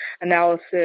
analysis